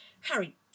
Harry